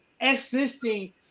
existing